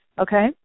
okay